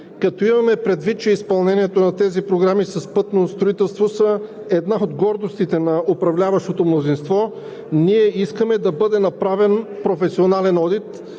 Като имаме предвид, че изпълнението на тези програми с пътно строителство е една от гордостите на управляващото мнозинство, ние искаме да бъде направен професионален одит